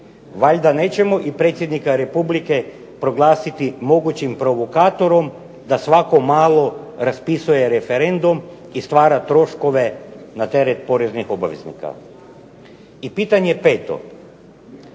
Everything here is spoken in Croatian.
Valjda nećemo i predsjednika Republike proglasiti mogućim provokatorom da svako malo raspisuje referendum i stvara troškove na teret poreznih obveznika. I pitanje peto.